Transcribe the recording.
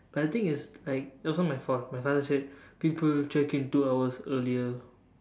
but the thing is like it wasn't my fault my father said people check in two hours earlier